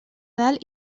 dalt